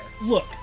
Look